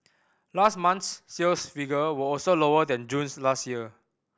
last month's sales figure were also lower than June's last year